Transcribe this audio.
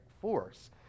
Force